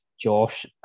Josh